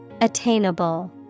Attainable